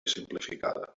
simplificada